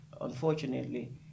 unfortunately